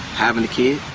having a kid.